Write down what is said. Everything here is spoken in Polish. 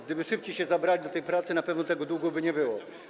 Gdyby szybciej się zabrali do tej pracy, na pewno tego długu by nie było.